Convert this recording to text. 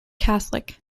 catholic